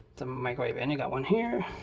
the microwave. and you got one here,